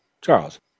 Charles